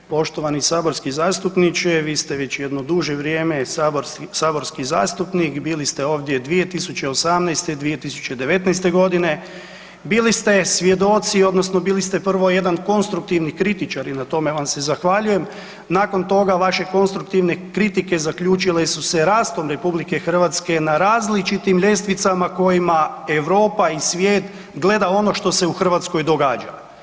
Poštovani saborski zastupniče, vi ste već jedno duže vrijeme saborski zastupnik, bili ste ovdje 2018., 2019.g., bili ste svjedoci odnosno bili ste prvo jedan konstruktivni kritičar i na tome vam se zahvaljujem, nakon toga vaše konstruktivne kritike zaključile su se rastom RH na različitim ljestvicama kojima Europa i svijet gleda ono što se u Hrvatskoj događa.